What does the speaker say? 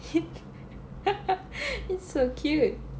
it's so cute